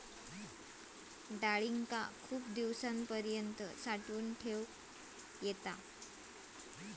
डाळींका खूप दिवसांपर्यंत साठवून ठेवक येता